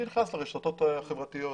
אני נכנס לרשתות החברתיות.